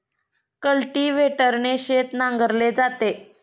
कल्टिव्हेटरने शेत नांगरले जाते